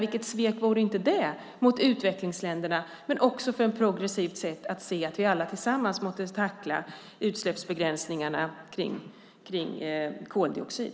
Vilket svek vore inte det mot utvecklingsländerna, men också mot ett progressivt sätt att se att vi alla tillsammans måste tackla utsläppsbegränsningarna för koldioxid.